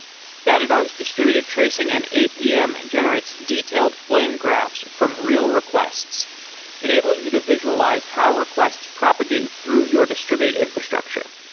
datadog's distributed tracing and apm and generates detailed flame graphs from real requests enabling you to visualize how requests propagate through your distributed infrastructure.